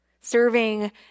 Serving